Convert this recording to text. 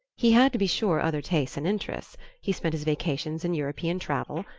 he had, to be sure, other tastes and interests he spent his vacations in european travel,